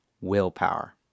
willpower